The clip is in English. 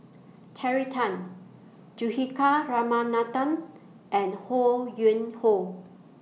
Terry Tan Juthika Ramanathan and Ho Yuen Hoe